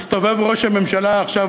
יסתובב ראש הממשלה עכשיו